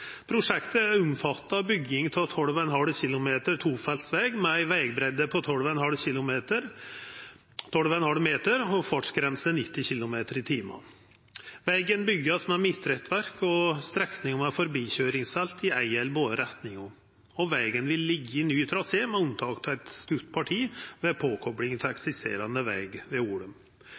Prosjektet omfattar bygginga av 12,5 km tofelts veg, med ei vegbreidde på 12,5 meter og ei fartsgrense på 90 km/t. Vegen vert bygd med midtrekkverk og strekningar med forbikøyringsfelt i ei eller begge retningane. Vegen vil liggja i ein ny trasé, med unntak av eit stutt parti ved påkoplinga til eksisterande veg ved